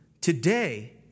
Today